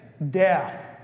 death